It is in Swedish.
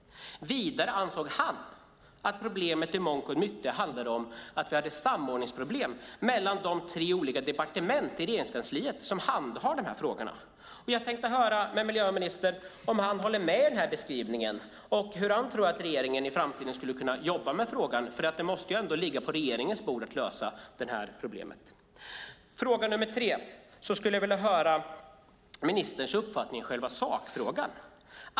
Vidare ansåg han att problemet i mångt och mycket handlade om att vi hade samordningsproblem mellan de tre departement i Regeringskansliet som handhar de här frågorna. Jag tänkte höra med miljöministern om han håller med om den här beskrivningen och hur han tror att regeringen i framtiden skulle kunna jobba med frågan, för det måste ändå ligga på regeringens bord att lösa det här problemet. När det gäller min tredje fråga skulle jag vilja höra ministerns uppfattning i själva sakfrågan.